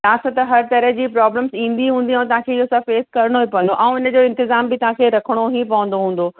तव्हांखे त हर तरह जी प्रोब्लम्स ईंदी हूंदी ऐं तव्हांखे इहो सभु फ़ेस करिणो ई पवंदो ऐं हिन जो इंतज़ाम बि तव्हांखे रखिणो ई पवंदो हूंदो